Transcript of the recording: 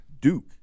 Duke